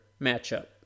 matchup